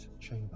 chamber